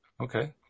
okay